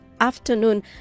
afternoon